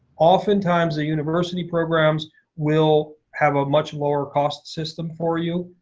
oftentimes the university programs will have a much lower cost system for you.